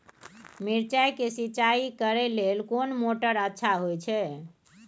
मिर्चाय के सिंचाई करे लेल कोन मोटर अच्छा होय छै?